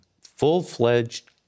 full-fledged